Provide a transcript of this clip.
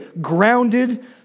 grounded